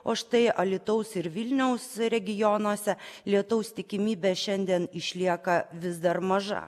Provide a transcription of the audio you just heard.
o štai alytaus ir vilniaus regionuose lietaus tikimybė šiandien išlieka vis dar maža